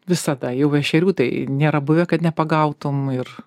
visą tą jau ešerių tai nėra buvę kad nepagautum ir